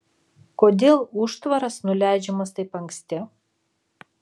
kodėl užtvaras nuleidžiamas taip anksti